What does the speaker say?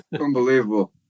Unbelievable